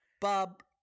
Bob